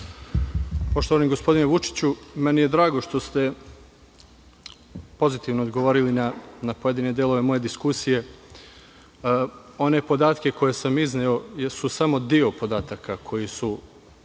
Poštovani gospodine Vučiću, meni je drago što ste pozitivno odgovorili na pojedine delove moje diskusije. One podatke koje sam izneo jesu samo deo podataka koji su